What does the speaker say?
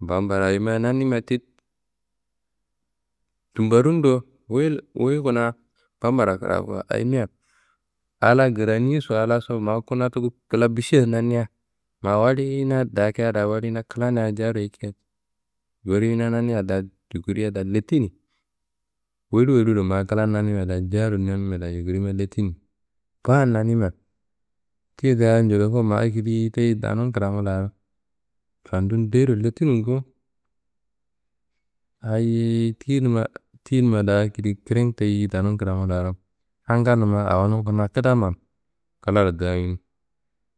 Bambara ayimia nanimia ti tumbarundo wuyi wuyi kuna bambara kraku ayimia a la kraniso a laso ma kuna tuku kla bišen nania ma woriyina dakia da woriyina kla jearo yikia woriyina nania da yukuria da lettini. Wori woriro ma klan nanimia da jearo nanimia yukurima lettinimi. Kaan nanimia, tiyi dayi jedekuwo ma akidiyi teyi danunkramo laro fandun dero lettinum bo. Hayiyi tiyinumma da akedi kirin teyi danun kramo laro hangalnumma awonun kuna kidama kla daangimi.